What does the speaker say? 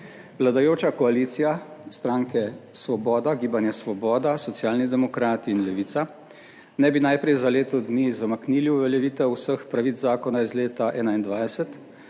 vladajoča koalicija strank Gibanje Svoboda, Socialni demokrati in Levica, ne bi najprej za leto dni zamaknili uveljavitev vseh pravic zakona iz leta 2021,